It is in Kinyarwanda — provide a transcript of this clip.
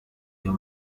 iyo